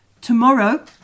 tomorrow